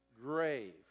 grave